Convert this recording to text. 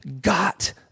got